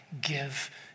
give